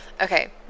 okay